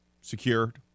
Secured